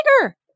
bigger